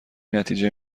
نتیجه